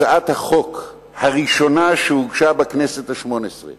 הצעת החוק הראשונה שהוגשה בכנסת השמונה-עשרה